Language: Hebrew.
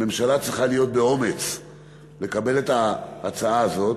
הממשלה צריכה באומץ לקבל את ההצעה הזאת,